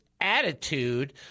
attitude